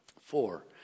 Four